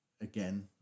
again